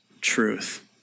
truth